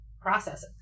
process